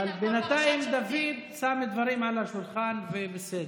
בינתיים דוד שם דברים על השולחן, וזה בסדר.